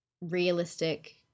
realistic